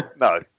No